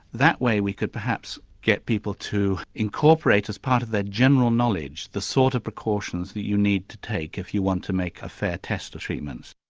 that way we could perhaps get people to incorporate as part of their general knowledge the sort of precautions that you need to take if you want to make a fair test of treatments.